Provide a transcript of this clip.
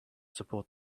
support